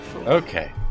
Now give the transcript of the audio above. Okay